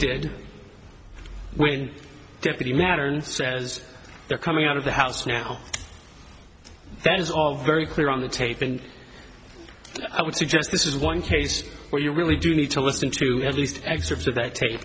did when deputy mattern says they're coming out of the house now that is all very clear on the tape and i would suggest this is one case where you really do need to listen to at least excerpts of that tape